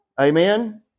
Amen